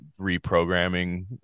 reprogramming